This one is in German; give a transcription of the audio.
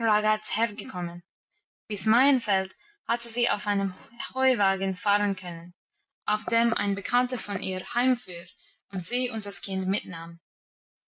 hergekommen bis maienfeld hatte sie auf einem heuwagen fahren können auf dem ein bekannter von ihr heimfuhr und sie und das kind mitnahm